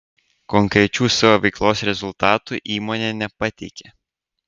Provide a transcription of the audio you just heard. konkrečių savo veiklos rezultatų įmonė nepateikė